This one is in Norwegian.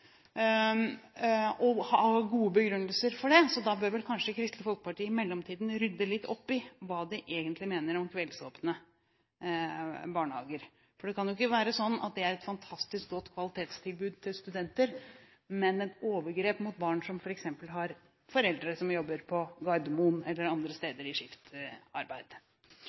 og har gode begrunnelser for det. Da bør kanskje Kristelig Folkeparti i mellomtiden rydde litt opp i hva de egentlig mener om kveldsåpne barnehager. Det kan jo ikke være sånn at det er et fantastisk godt kvalitetstilbud til studenter, men et overgrep mot barn som f.eks. har foreldre som jobber på Gardermoen eller andre steder i